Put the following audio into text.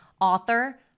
author